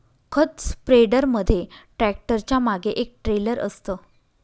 खत स्प्रेडर मध्ये ट्रॅक्टरच्या मागे एक ट्रेलर असतं